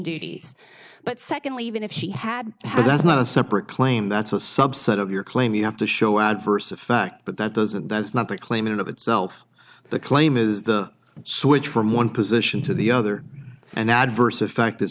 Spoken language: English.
duties but secondly even if she had that's not a separate claim that's a subset of your claim you have to show adverse effect but that doesn't that's not the claim in of itself the claim is the switch from one position to the other an adverse effect is